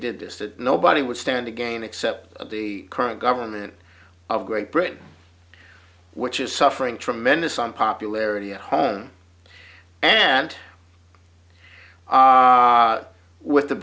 did this that nobody would stand again except of the current government of great britain which is suffering tremendous unpopularity at home and with the